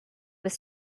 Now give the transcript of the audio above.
was